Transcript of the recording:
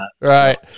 Right